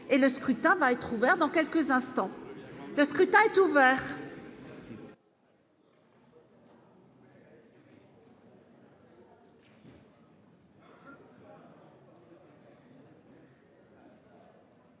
Et le scrutin va être ouvert dans quelques instants, le scrutin. Voter